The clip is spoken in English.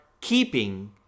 keeping